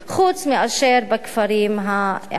חוץ מאשר בכפרים הערביים.